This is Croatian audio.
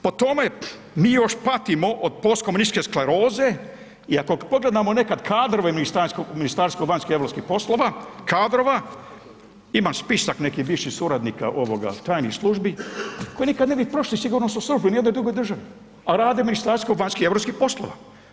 Po tome mi još patimo od postkomunističke skleroze i ako pogledamo nekad kadrove Ministarstva vanjskih i europskih poslova, kadrova, imam spisak nekih bivših suradnika ovoga tajnih službi koji nikad ne bi prošli sigurnosnu službu u ni jednoj drugoj državi, a rade u Ministarstvu vanjskih i europskih poslova.